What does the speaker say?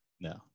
No